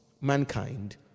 mankind